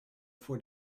voor